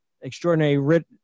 extraordinary